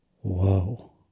whoa